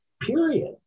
period